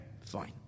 Fine